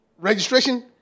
Registration